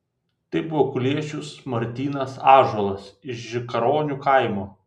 tai buvo kuliešius martynas ąžuolas iš žikaronių kaimo